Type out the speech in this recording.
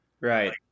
right